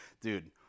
dude